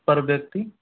पर व्यक्ति